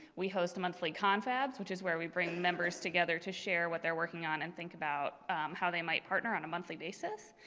we host monthly confabs which is where we're bringing members together to share what they're working on and think about how they might partner on a monthly basis.